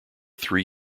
three